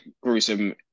gruesome